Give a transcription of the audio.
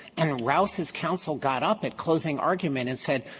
and rouse's counsel got up at closing argument and said,